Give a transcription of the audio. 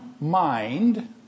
mind